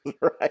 Right